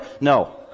No